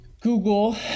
Google